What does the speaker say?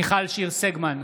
מיכל שיר סגמן,